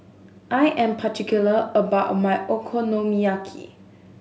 I am particular about my Okonomiyaki